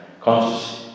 conscious